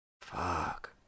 Fuck